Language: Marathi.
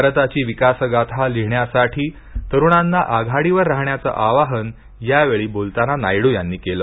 भारताची विकास गाथा लिहिण्यासाठी तरुणांना आघाडीवर राहण्याचे आवाहन यावेळी बोलताना नायडू यांनी केले